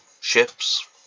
ships